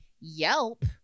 yelp